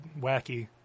wacky